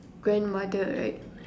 grandmother right